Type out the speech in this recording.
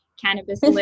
cannabis